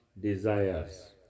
desires